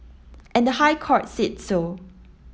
and the High Court said so